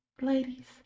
Ladies